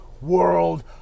World